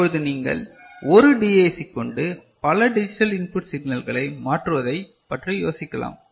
இப்பொழுது நீங்கள் ஒரு டி ஏ சி கொண்டு பல டிஜிட்டல் இன்புட் சிக்னல்களை மாற்றுவதை பற்றி யோசிக்கலாம்